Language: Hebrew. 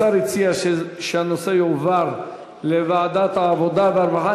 השר הציע שהנושא יועבר לוועדת העבודה והרווחה.